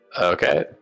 Okay